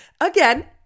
again